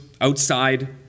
outside